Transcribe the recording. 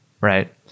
Right